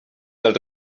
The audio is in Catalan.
del